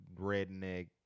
redneck